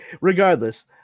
regardless